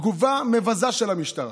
תגובה מבזה של המשטרה.